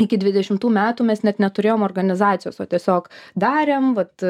iki dvidešimtų metų mes net neturėjom organizacijos o tiesiog darėm vat